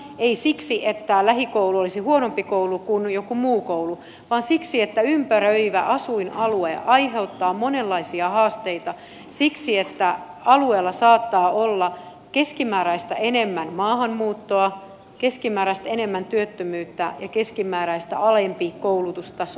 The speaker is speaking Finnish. ei siksi että lähikoulu olisi huonompi koulu kuin joku muu koulu vaan siksi että ympäröivä asuinalue aiheuttaa monenlaisia haasteita siksi että alueella saattaa olla keskimääräistä enemmän maahanmuuttoa keskimääräistä enemmän työttömyyttä ja keskimääräistä alempi koulutustaso